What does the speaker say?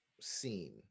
scene